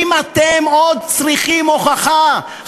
אם אתם עוד צריכים הוכחה,